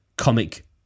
Comic